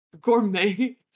Gourmet